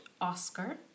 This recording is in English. Oscar